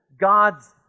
God's